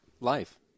life